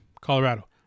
Colorado